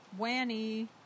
Wanny